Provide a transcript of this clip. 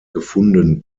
gefunden